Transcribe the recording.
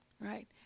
right